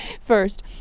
First